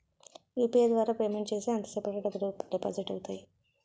UPI ద్వారా payment చేస్తే ఎంత సేపటిలో డబ్బులు డిపాజిట్ అవుతాయి?